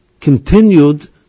continued